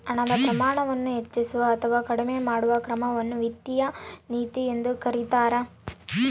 ಹಣದ ಪ್ರಮಾಣವನ್ನು ಹೆಚ್ಚಿಸುವ ಅಥವಾ ಕಡಿಮೆ ಮಾಡುವ ಕ್ರಮವನ್ನು ವಿತ್ತೀಯ ನೀತಿ ಎಂದು ಕರೀತಾರ